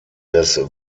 des